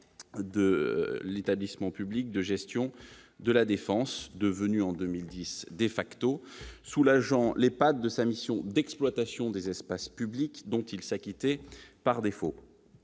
de l'Établissement public de gestion de La Défense, devenu Defacto en 2010, soulageant l'EPAD de sa mission d'exploitation des espaces publics dont il s'acquittait par défaut.